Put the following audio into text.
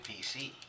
PC